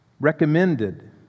Recommended